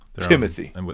Timothy